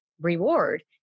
reward